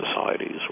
societies